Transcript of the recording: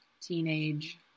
Teenage